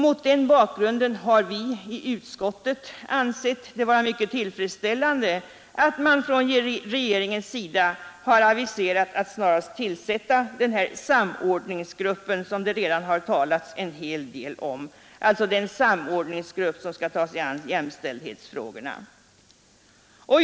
Mot den bakgrunden har vi i utskottet ansett det vara mycket tillfredsställande att man från regeringens sida har aviserat att man snarast möjligt skall tillsätta den här samordningsgruppen för jämställdhetsfrågorna som det redan har talats en hel del om.